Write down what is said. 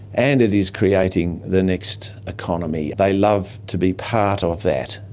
and it is creating the next economy. they love to be part of that.